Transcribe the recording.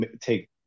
take